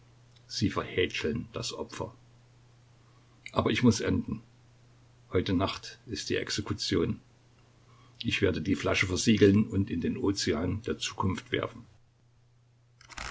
sie verhätscheln das opfer aber ich muß enden heute nacht ist die exekution ich werde die flasche versiegeln und in den ozean der zukunft werfen